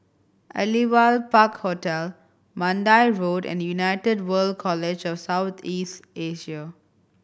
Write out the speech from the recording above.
Aliwal Park Hotel Mandai Road and United World College of South East Asia